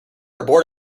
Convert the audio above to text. abort